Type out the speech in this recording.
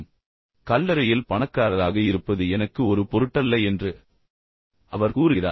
ஆனால் கல்லறையில் பணக்காரராக இருப்பது எனக்கு ஒரு பொருட்டல்ல என்று அவர் கூறுகிறார்